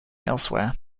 elsewhere